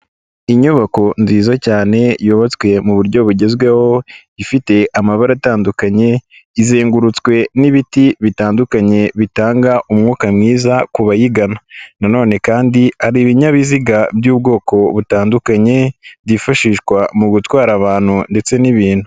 Inyubako nziza cyane yubatswe mu buryo bugezweho ifite amabara atandukanye izengurutswe n'ibiti bitandukanye bitanga umwuka mwiza ku bayigana, na none kandi hari ibinyabiziga by'ubwoko butandukanye byifashishwa mu gutwara abantu ndetse n'ibintu.